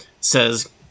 says